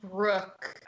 Brooke